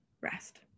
rest